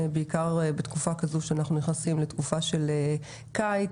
בעיקר בתקופה כזו שבה אנחנו נכנסים לתקופה של קיץ,